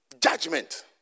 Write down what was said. Judgment